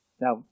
Now